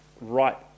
right